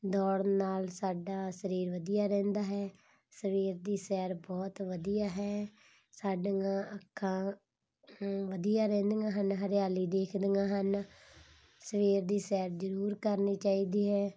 ਦੌੜ ਨਾਲ ਸਾਡਾ ਸਰੀਰ ਵਧੀਆ ਰਹਿੰਦਾ ਹੈ ਸਵੇਰ ਦੀ ਸੈਰ ਬਹੁਤ ਵਧੀਆ ਹੈ ਸਾਡੀਆਂ ਅੱਖਾਂ ਵਧੀਆ ਰਹਿੰਦੀਆਂ ਹਨ ਹਰਿਆਲੀ ਦੇਖਦੀਆਂ ਹਨ ਸਵੇਰ ਦੀ ਸੈਰ ਜ਼ਰੂਰ ਕਰਨੀ ਚਾਹੀਦੀ ਹੈ